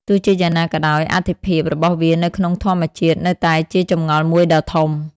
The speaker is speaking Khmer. ទោះជាយ៉ាងណាក៏ដោយ អត្ថិភាពរបស់វានៅក្នុងធម្មជាតិនៅតែជាចម្ងល់មួយដ៏ធំ។